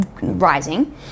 rising